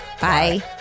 Bye